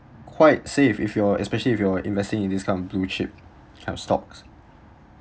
quite safe if you're especially if you're investing in these kind of blue chip kind of stocks